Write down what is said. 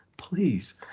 Please